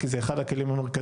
כי זה אחד הכלים המרכזיים.